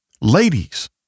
ladies